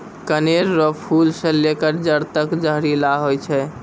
कनेर रो फूल से लेकर जड़ तक जहरीला होय छै